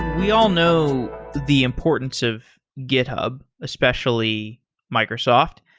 we all know the importance of github, especially microsoft.